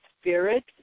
spirit